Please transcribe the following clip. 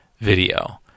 video